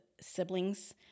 siblings